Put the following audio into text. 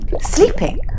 Sleeping